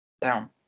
Down